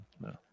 no